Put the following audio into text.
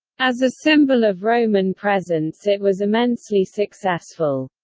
as a symbol of roman presence it was immensely successful.